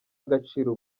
agaciro